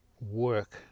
work